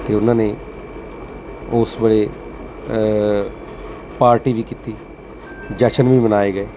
ਅਤੇ ਉਹਨਾਂ ਨੇ ਉਸ ਵੇਲੇ ਪਾਰਟੀ ਵੀ ਕੀਤੀ ਜਸ਼ਨ ਵੀ ਮਨਾਏ ਗਏ